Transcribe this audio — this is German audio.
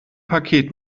paket